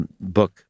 book